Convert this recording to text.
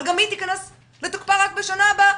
אבל גם היא תיכנס לתוקפה רק בשנה הבאה.